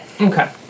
Okay